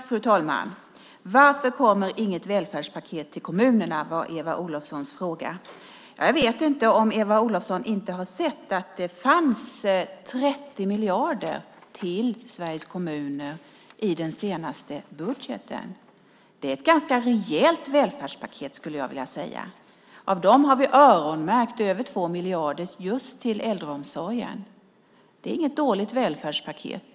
Fru talman! Varför kommer inget välfärdspaket till kommunerna, var Eva Olofssons fråga. Jag vet inte om Eva Olofsson inte har sett att det fanns 30 miljarder till Sveriges kommuner i den senaste budgeten. Det är ett ganska rejält välfärdspaket, skulle jag vilja säga. Av dem har vi öronmärkt över 2 miljarder till just äldreomsorgen. Det är inget dåligt välfärdspaket.